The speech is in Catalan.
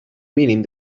mínim